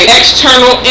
external